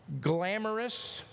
glamorous